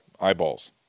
eyeballs